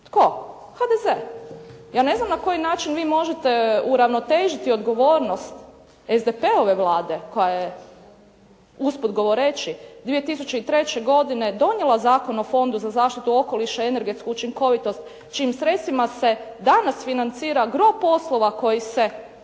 Tko? HDZ. Ja ne znam na koji način vi možete uravnotežiti odgovornost SDP-ove Vlade koja je, usput govoreći, 2003. godine donijela Zakon o Fondu za zaštitu okoliša i energetsku učinkovitost čijim sredstvima se danas financira gro poslova koji se